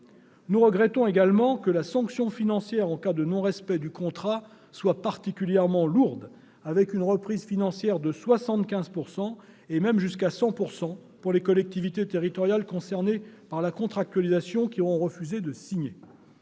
Nous regrettons également que la sanction financière en cas de non-respect du contrat soit particulièrement lourde, avec une reprise financière de 75 %, et même de 100 % pour les collectivités territoriales concernées par la contractualisation qui auront refusé de signer